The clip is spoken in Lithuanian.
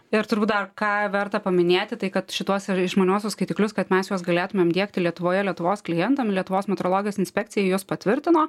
ir turbūt dar ką verta paminėti tai kad šituos išmaniuosius skaitiklius kad mes juos galėtumėm diegti lietuvoje lietuvos klientam lietuvos metrologijos inspekcija juos patvirtino